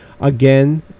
Again